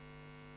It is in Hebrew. פתאום?